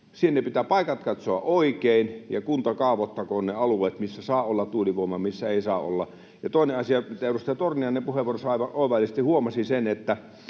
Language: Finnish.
Sinne pitää paikat katsoa oikein, ja kunta kaavoittakoon ne alueet, missä saa olla tuulivoimaa ja missä ei saa olla. Toinen asia, minkä edustaja Torniainen puheenvuorossaan aivan oivallisesti huomasi, on se, että